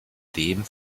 dem